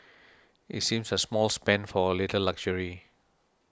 it seems a small spend for a little luxury